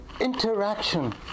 interaction